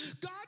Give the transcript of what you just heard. God